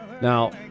Now